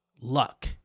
luck